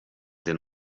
din